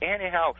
Anyhow